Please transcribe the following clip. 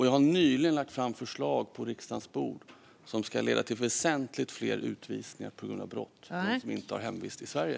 Jag har nyligen lagt fram förslag på riksdagens bord som ska leda till väsentligt fler utvisningar på grund av brott av dem som inte har hemvist i Sverige.